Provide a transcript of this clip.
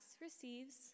receives